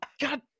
God